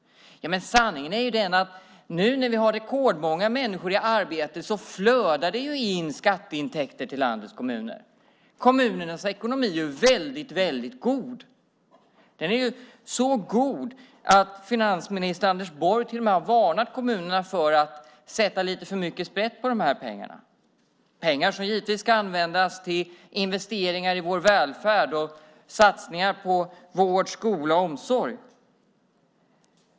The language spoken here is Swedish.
Ja, men sanningen är den att det nu, när vi har rekordmånga människor i arbete, flödar in skatteintäkter till landets kommuner. Kommunernas ekonomi är väldigt god. Den är så god att finansminister Anders Borg till och med har varnat kommunerna för att sätta lite för mycket sprätt på de här pengarna. Det är pengar som givetvis ska användas till investeringar i vår välfärd och satsningar på vård, skola och omsorg.